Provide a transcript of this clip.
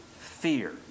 fear